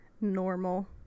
normal